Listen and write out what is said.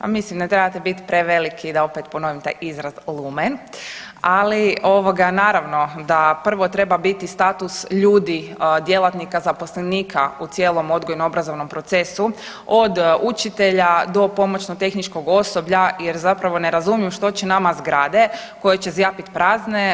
Pa mislim ne trebate bit taj veliki, da opet ponovim taj izraz, lumen, ali ovoga naravno da prvo treba biti status ljudi djelatnika zaposlenika u cijelom odgojno obrazovnom procesu od učitelja do pomoćno tehničkog osoblja jer zapravo ne razumijem što će nama zgrade koje će zjapit prazne.